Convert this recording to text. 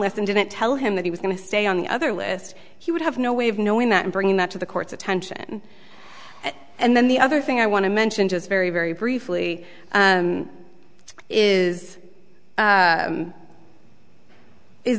and didn't tell him that he was going to stay on the other list he would have no way of knowing that and bringing that to the court's attention and then the other thing i want to mention just very very briefly is is